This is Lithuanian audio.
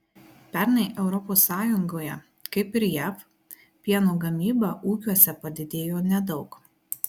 pernai europos sąjungoje kaip ir jav pieno gamyba ūkiuose padidėjo nedaug